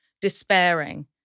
despairing